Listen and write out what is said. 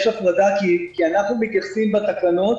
כי אנחנו מתייחסים בתקנות,